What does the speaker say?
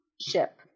ship